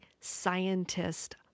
scientist